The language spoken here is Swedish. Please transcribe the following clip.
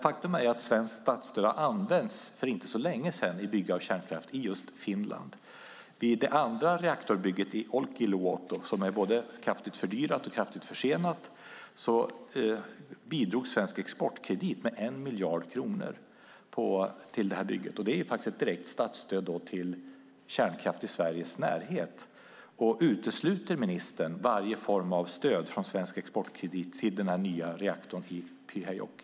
Faktum är att svenskt statsstöd har använts för inte så länge sedan vid bygge av kärnkraft i just Finland. Vid det andra reaktorbygget i Olkiluoto, som är både kraftigt fördyrat och kraftigt försenat, bidrog Svensk Exportkredit med 1 miljard kronor till bygget. Det är ett direkt statsstöd till kärnkraft i Sveriges närhet. Utesluter ministern varje stöd av Svensk Exportkredit till den nya reaktorn i Pyhäjoki?